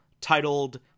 titled